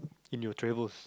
in your travels